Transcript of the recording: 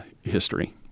history